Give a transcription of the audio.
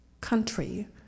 country